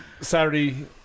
saturday